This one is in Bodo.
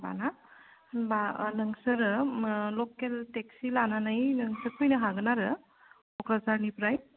साबा ना होनबा नोंसोरो ल'केल तेक्सि लानानै नोंसोर फैनो हागोन आरो क'क्राझारनिफ्राय